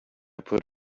put